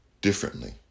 differently